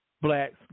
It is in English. Blacks